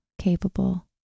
capable